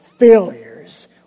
Failures